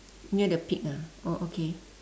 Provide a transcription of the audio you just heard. near the pig ah oh okay